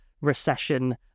recession